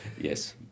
yes